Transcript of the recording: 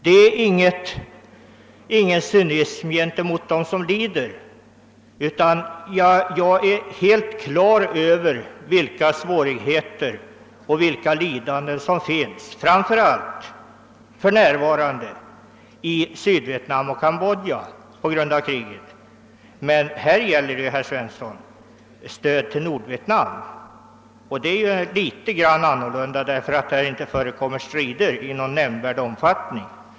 Detta är ingen cynism gentemot dem som lider. Jag är helt klar över vilka svårigheter och vilka lidanden som finns, för närvarande framför allt i Sydvietnam och i Cambodja på grund av kriget. Men här gäller det ju, herr Svensson, stöd till Nordvietnam — och det är något annat, eftersom där inte förekommer strider i någon nämnvärd omfattning.